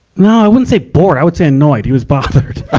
no, i wouldn't say bored. i would say annoyed. he was bothered.